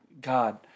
god